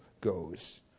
goes